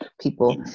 people